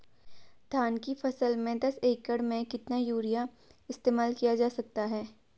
धान की फसल में दस एकड़ में कितना यूरिया इस्तेमाल किया जा सकता है?